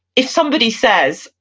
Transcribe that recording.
if somebody says,